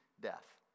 death